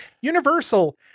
Universal